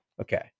Okay